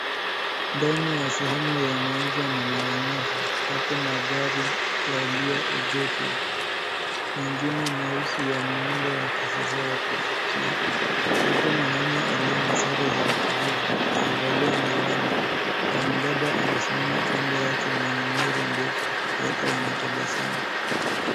Ndani ya sehemu ya mauzo na maonyesho yamo magari yaliyogeshwa. Mingine meusi ya muundo wa kisasa wa kuvutia. Yupo mwanamume aliye na sare za kijivu, amevalia miwani. Mwanadada amesimama kando yake mwenye nywele ndefu. Wote wanatabasamu.